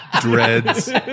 dreads